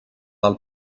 del